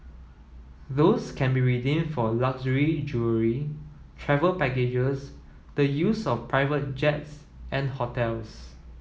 those can be redeemed for luxury jewellery travel packages the use of private jets and hotels